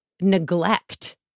neglect